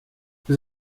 vous